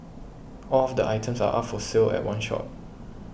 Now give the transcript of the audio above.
all of the items are up for sale at one shot